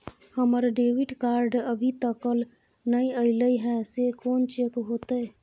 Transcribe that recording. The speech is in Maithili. हमर डेबिट कार्ड अभी तकल नय अयले हैं, से कोन चेक होतै?